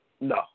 No